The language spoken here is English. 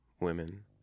women